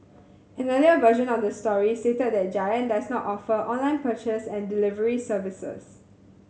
an earlier version of the story stated that Giant does not offer online purchase and delivery services